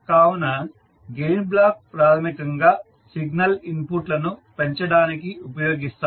కావున gain block ప్రాథమికంగా signal input ను పెంచడానికి ఉపయోగిస్తారు